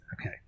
okay